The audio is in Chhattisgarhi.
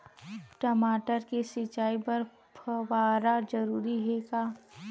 टमाटर के सिंचाई बर फव्वारा जरूरी हे का?